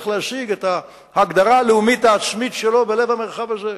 להשיג את ההגדרה הלאומית העצמית שלו בלב המרחב הזה.